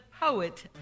poet